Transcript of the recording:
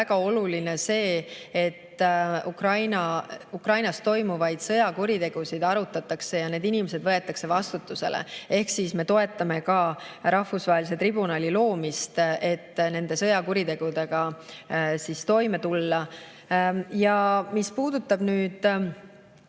väga oluline see, et Ukrainas toimuvaid sõjakuritegusid arutataks ja need inimesed võetaks vastutusele. Ehk me toetame ka rahvusvahelise tribunali loomist, et nende sõjakuritegudega toime tulla. Mis puudutab